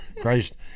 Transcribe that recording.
Christ